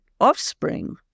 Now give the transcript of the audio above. offspring